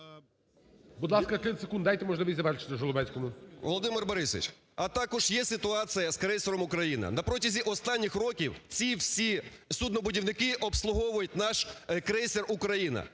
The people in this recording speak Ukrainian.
Володимир Борисович, а також є ситуація з крейсером "Україна". На протязі останніх років ці всі суднобудівники обслуговують наш крейсер "Україна".